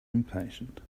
impatient